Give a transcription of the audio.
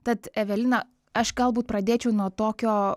tad evelina aš galbūt pradėčiau nuo tokio